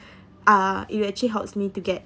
uh it actually helps me to get